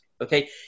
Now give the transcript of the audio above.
Okay